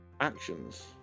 Actions